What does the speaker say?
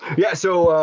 yeah, so,